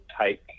take